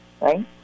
Right